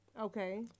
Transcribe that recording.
Okay